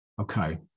Okay